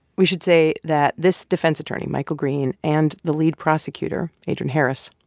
we should say that this defense attorney, michael greene, and the lead prosecutor, adren harris,